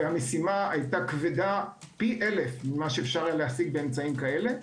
המשימה היתה כבדה פי אלף ממה שאפשר היה להשיג באמצעים כאלה.